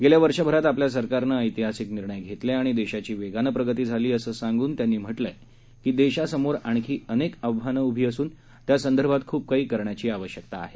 गेल्या वर्षभरात आपल्या सरकारनं ऐतिहासिक निर्णय घेतले आणि देशाची वेगाने प्रगती झाली असं सांगून त्यांनी म्हटलंय की देशासमोर आणखी अनेक आव्हानं उभी असून त्यासंदर्भात खूप काही करण्याची आवश्यकता आहे